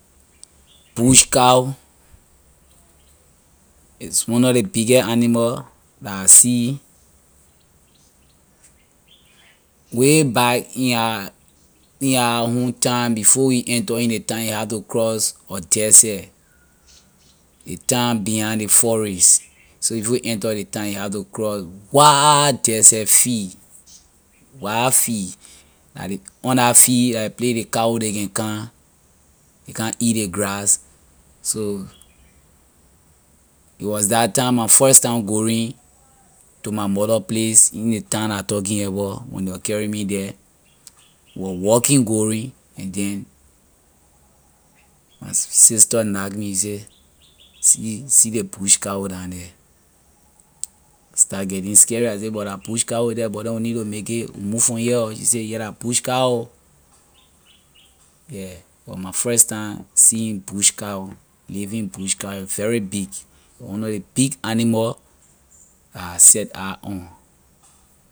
Bush cow is one of ley biggest animal la I see way back in our in our home town before you enter in ley town you have to cross a dessert ley town behind ley forest so before you enter ley town you have to cross wide dessert field wide field la lay on la field la ley place ley cow neh can come ley come eat ley grass so it was that time my first time going to my mother place in ley town la I talking about when ley was carrying me the we was walking going and then my sister knack me say see see ley bush cow down the I start getting scary I say but la bush cow the but then we need to make it move from here ho she say yes la bush cow ho yeah was my time seeing bush cow living bush cow a very big one of ley big animal la I set eye on.